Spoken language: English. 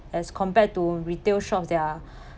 as compared to retail shops that are